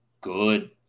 good